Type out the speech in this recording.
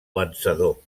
vencedor